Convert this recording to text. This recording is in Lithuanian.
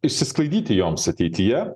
išsisklaidyti joms ateityje